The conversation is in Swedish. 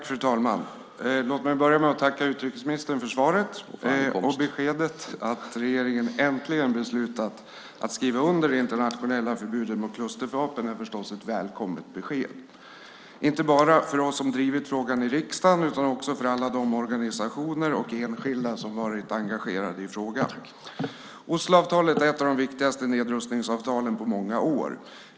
Fru talman! Låt mig börja med att tacka utrikesministern för svaret. Beskedet att regeringen äntligen beslutat att skriva under det internationella förbudet mot klustervapen är förstås välkommet, inte bara för oss som drivit frågan i riksdagen utan också för alla de organisationer och enskilda som varit engagerade i frågan. Osloavtalet är ett av de viktigaste nedrustningsavtalen på många år.